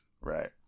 right